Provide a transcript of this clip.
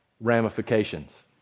ramifications